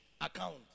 account